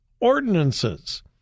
ordinances